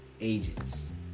agents